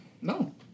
No